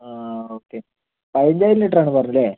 ആ ഓക്കെ പതിനഞ്ചായിരം ലിറ്ററാണ് പറഞ്ഞത് അല്ലേ